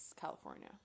California